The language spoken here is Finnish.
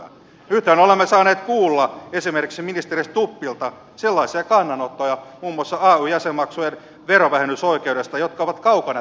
nythän olemme saaneet kuulla esimerkiksi ministeri stubbilta sellaisia kannanottoja muun muassa ay jäsenmaksujen verovähennysoikeudesta jotka ovat kaukana teidän esittämistänne